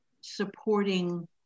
supporting